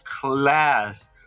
class